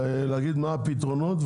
להגיד מה הפתרונות,